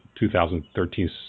2013